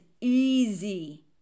easy